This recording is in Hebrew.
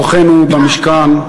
אורחינו במשכן,